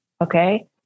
okay